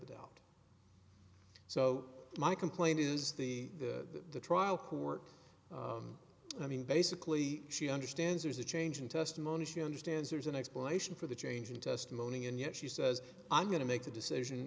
the doubt so my complaint is the the trial court i mean basically she understands there's a change in testimony she understands there's an explanation for the change in testimony and yet she says i'm going to make a decision